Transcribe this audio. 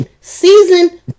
season